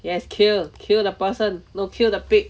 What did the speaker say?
yes kill kill the person no kill the pig